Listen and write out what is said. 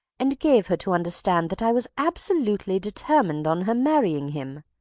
and gave her to understand that i was absolutely determined on her marrying him.